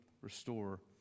restore